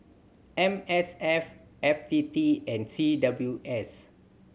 M S F F T T and C W S